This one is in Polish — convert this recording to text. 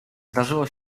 zdarzyło